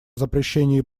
запрещении